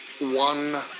one